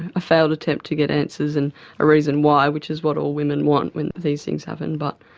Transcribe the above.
a failed attempt to get answers and a reason why which is what all women want when these things happen but